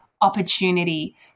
opportunity